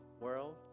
world